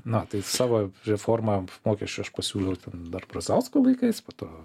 na va tai savo reformą mokesčių aš pasiūliau dar brazausko laikais po to